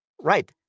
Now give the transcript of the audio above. right